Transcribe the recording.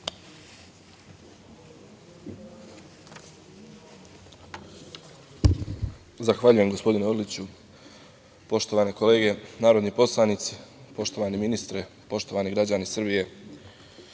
Zahvaljujem, gospodine Orliću. Poštovane kolege narodni poslanici, poštovani ministre, poštovani građani Srbije,